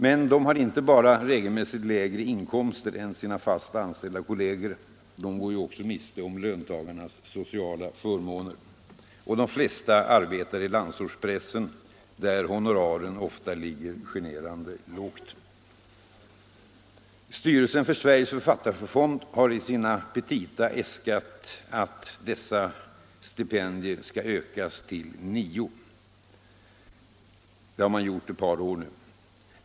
Men de har inte bara regelmässigt lägre inkomster än sina fast anställda kolleger — de går också miste om löntagarnas sociala förmåner. De flesta arbetar i landsortspressen, där honoraren ofta ligger generande lågt. Styrelsen för Sveriges författarfond har i sina petita äskat att dessa 127 stipendier skall ökas till nio. Det har man gjort ett par år nu.